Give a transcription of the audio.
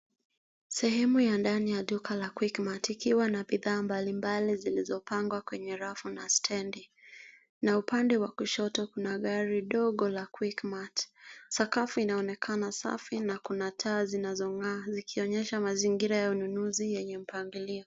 Sehemu ya ndani ya duka la Quickmart ikiwa na bidhaa mbalimbali zilizopangwa kwenye rafu na stedi. Na upande wa kushoto kuna gari ndogo la Quickmart. Sakafu inaonekana safi na kuna taa zinazong'aa zikionyesha mazingira ya ununuzi yenye mpangilio.